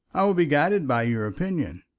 i will be guided by your opinion.